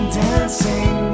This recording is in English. dancing